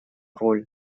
роль